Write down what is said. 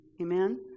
Amen